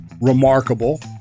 remarkable